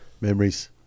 Memories